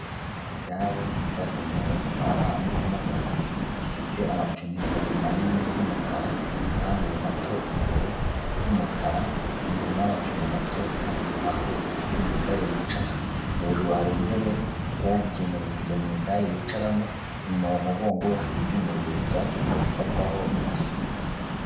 Igare ryagenewe ababana n' ubumuga, rifite amapine abiri manini y'umukara n' abiri mato imbere y'umukara. Imbere y'amapine mato hari aho uri mu igare yicara, hejuru hari intebe ugenewe kujya mu igare yicaramo, inyuma mu mugongo hari ibyuma bibiri byagenewe gufatwaho n'umusunitsi.